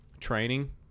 training